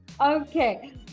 Okay